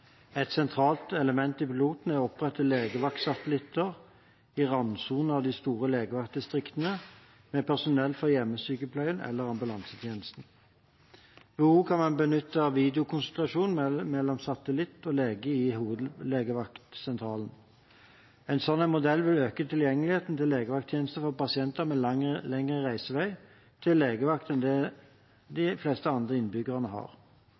Et sentralt element i pilotene er å opprette legevaktsatellitter i randsonen av de store legevaktdistriktene, med personell fra hjemmesykepleien eller ambulansetjenesten. Ved behov kan man benytte videokonsultasjon mellom satellitt og lege i legevaktsentralen. En slik modell vil øke tilgjengeligheten til legevakttjenester for pasienter med lengre reisevei til legevakt enn det de fleste andre innbyggerne har.